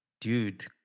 Dude